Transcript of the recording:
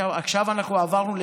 עכשיו אנחנו עברנו ל-30.